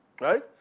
right